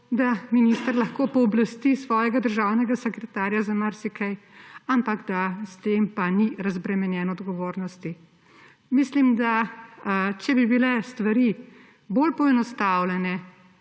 da minister lahko pooblasti svojega državnega sekretarja za marsikaj, ampak da s tem pa ni razbremenjen odgovornosti. Mislim, če bi bile stvari bolj poenostavljene,